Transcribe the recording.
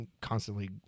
constantly